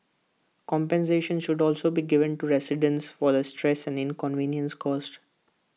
compensation should also be given to residents for the stress and inconvenience caused